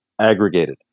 aggregated